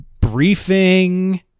briefing